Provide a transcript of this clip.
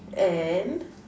and